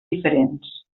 diferents